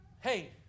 Hey